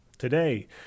Today